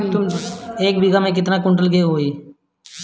एक बीगहा में केतना कुंटल गेहूं होई?